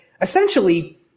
essentially